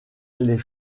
les